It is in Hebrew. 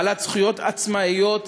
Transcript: בעלת זכויות עצמאיות,